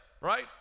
Right